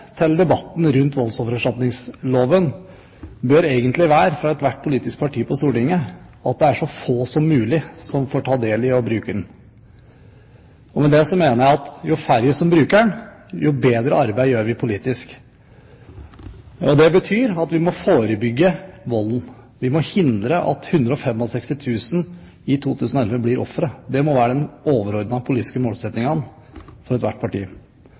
til debatten rundt voldsoffererstatningsloven egentlig bør være, fra ethvert politisk parti på Stortinget, at det er så få som mulig som får ta del i å bruke den. Med det mener jeg at jo færre som bruker den, jo bedre arbeid gjør vi politisk. Det betyr at vi må forebygge volden, vi må hindre at 165 000 i 2011 blir ofre. Det må være den overordnede politiske målsetningen for ethvert parti.